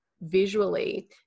visually